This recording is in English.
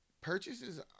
purchases